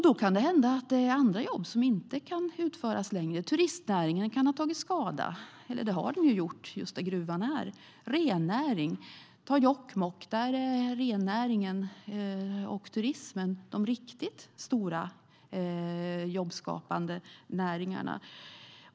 Då kan det hända att andra jobb inte kan utföras längre. Turistnäringen kan ha tagit skada - det har den ju gjort just där gruvan är. I Jokkmokk är rennäringen och turismen de riktigt stora jobbskapande näringarna.